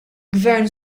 gvern